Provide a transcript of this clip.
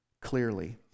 clearly